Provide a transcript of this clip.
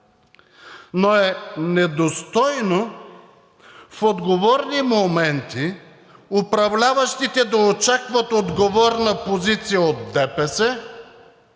Но е недостойно в отговорни моменти управляващите да очакват отговорна позиция от ДПС